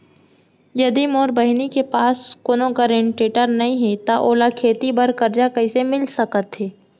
यदि मोर बहिनी के पास कोनो गरेंटेटर नई हे त ओला खेती बर कर्जा कईसे मिल सकत हे?